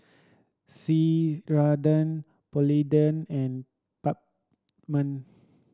Ceradan Polident and